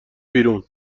بیرون